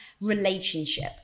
relationship